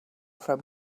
from